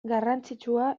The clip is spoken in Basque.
garrantzitsua